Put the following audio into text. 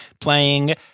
playing